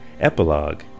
epilogue